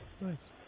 Nice